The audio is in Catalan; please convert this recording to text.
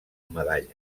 medalla